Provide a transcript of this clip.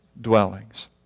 dwellings